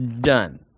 done